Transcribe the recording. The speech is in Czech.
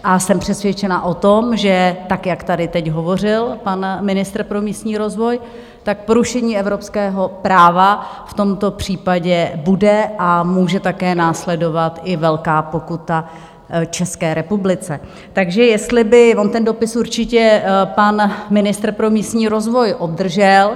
A jsem přesvědčena o tom, že tak, jak tady teď hovořil pan ministr pro místní rozvoj, porušení evropského práva v tomto případě bude a může také následovat i velká pokuta České republice, takže jestli by on ten dopis určitě pan ministr pro místní rozvoj obdržel.